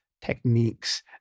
techniques